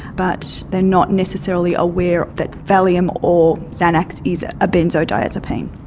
but they are not necessarily aware that valium or xanax is a benzodiazepine.